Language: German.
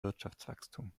wirtschaftswachstum